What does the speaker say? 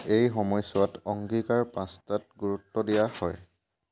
এই সময়ছোৱাত অংগীকাৰ পাঁচটাত গুৰুত্ব দিয়া হয়